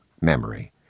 memory